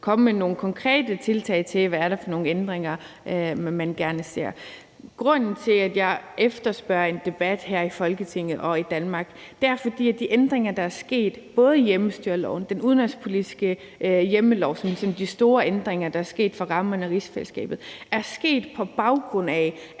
komme med nogle konkrete tiltag til, hvad det er for nogle ændringer, man gerne ser. Grunden til, at jeg efterspørger en debat her i Folketinget og i Danmark, er, at de ændringer, der er sket, både i hjemmestyreloven, hvad angår den udenrigspolitiske del, som ligesom vedrører de store ændringer, der er sket i rammerne for rigsfællesskabet, er sket på baggrund af,